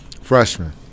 Freshman